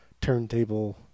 turntable